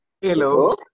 Hello